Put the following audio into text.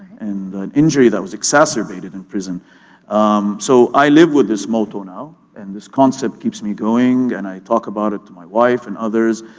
and injury that was exacerbated in prison. mf so, i live with this motto now, and this concept keeps me going, and i talk about it to my wife and others,